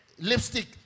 Lipstick